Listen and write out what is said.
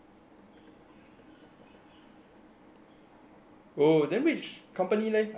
oh then which company like are you gonna work for